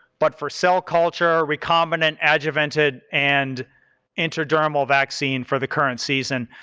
but for cell culture, recombinant, adjuvanted and intradermal vaccine for the current season.